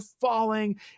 falling